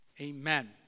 Amen